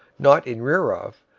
not in rear of,